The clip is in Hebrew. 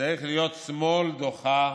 צריך להיות שמאל דוחה